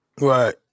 Right